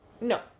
No